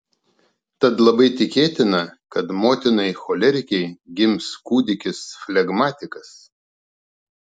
tad labai tikėtina kad motinai cholerikei gims kūdikis flegmatikas